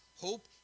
Hope